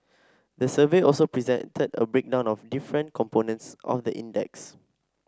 the survey also presented a breakdown of different components of the index